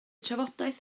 trafodaeth